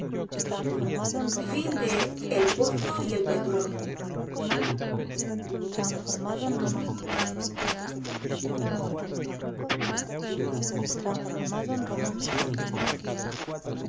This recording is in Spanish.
izquierdo el pozo y el péndulo